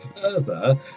further